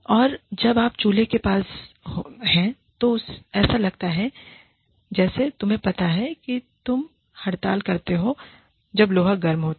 और जब आप चूल्हे के पास हैं तो ऐसा लगता है जैसे तुम्हें पता है तुम हड़ताल करते हो जब लोहा गर्म होता है